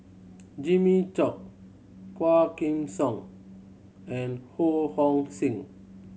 Jimmy Chok Quah Kim Song and Ho Hong Sing